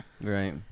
right